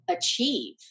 achieve